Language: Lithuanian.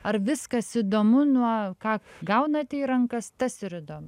ar viskas įdomu nuo ką gaunate į rankas tas ir įdomu